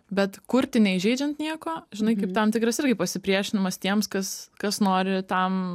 bet kurti neįžeidžian nieko žinai kaip tam tikras irgi pasipriešinimas tiems kas kas nori tam